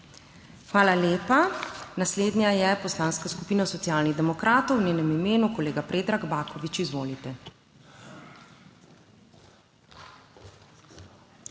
Hvala lepa. Naslednja je Poslanska skupina Socialnih demokratov, v njenem imenu kolega Predrag Baković. Izvolite.